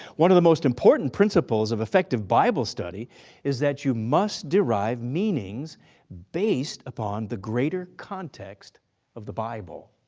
one of the most important principles of effective bible study is that you must derive meanings based upon the greater context of the bible.